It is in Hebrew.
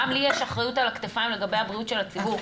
גם לי יש אחריות על הכתפיים לגבי הבריאות של הציבור.